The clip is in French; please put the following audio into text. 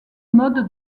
mode